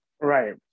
Right